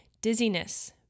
Dizziness